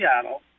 Seattle